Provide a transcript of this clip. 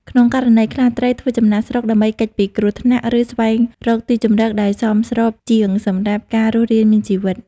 ក្នុងករណីខ្លះ ត្រីធ្វើចំណាកស្រុកដើម្បីគេចពីគ្រោះថ្នាក់ ឬស្វែងរកទីជម្រកដែលសមស្របជាងសម្រាប់ការរស់រានមានជីវិត។